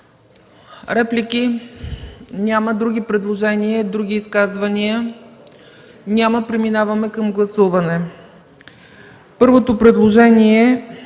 Реплики? Няма. Други предложения, други изказвания? Няма. Преминаваме към гласуване. Първото предложение на